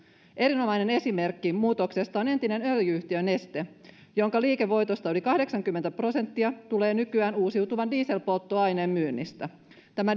erinomainen esimerkki muutoksesta on entinen öljy yhtiö neste jonka liikevoitosta yli kahdeksankymmentä prosenttia tulee nykyään uusiutuvan dieselpolttoaineen myynnistä tämä